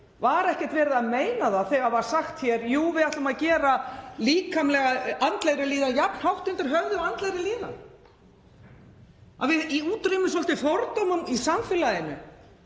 Var ekkert verið að meina það þegar hér var sagt: Við ætlum að gera andlegri líðan jafn hátt undir höfði og líkamlegri líðan, að við útrýmum svolítið fordómum í samfélaginu